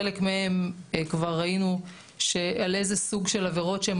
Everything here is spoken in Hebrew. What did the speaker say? חלק מהם כבר ראינו על איזה סוג של עבירות שהם